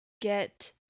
get